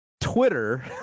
Twitter